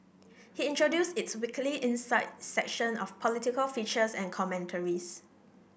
he introduced its weekly insight section of political features and commentaries